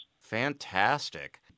Fantastic